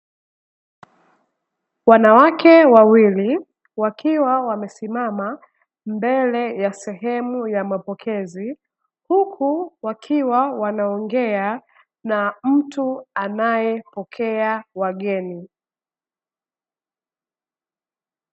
Wanawake wawili, wakiwa wamesimama mbele sehemu ya mapokezi, huku wakiwa wanaongea na mtu anayepokea wageni.